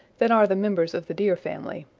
than are the members of the deer family,